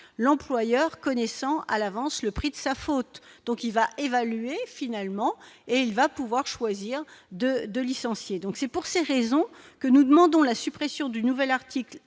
l'employeur connaissant à l'avance le prix de sa faute, donc il va évaluer finalement et il va pouvoir choisir de de licencier, donc c'est pour ces raisons que nous demandons la suppression du nouvel article